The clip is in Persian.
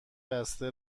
بسته